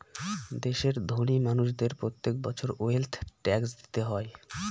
দেশের ধোনি মানুষদের প্রত্যেক বছর ওয়েলথ ট্যাক্স দিতে হয়